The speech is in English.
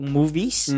movies